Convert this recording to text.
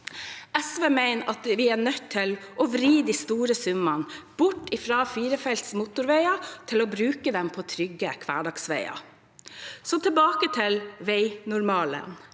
SV mener at vi er nødt til å vri de store summene bort fra firefelts motorveier og over til å bruke dem på trygge hverdagsveier. Tilbake til veinormalene: